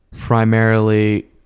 primarily